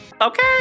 okay